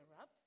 up